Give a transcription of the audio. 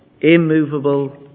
immovable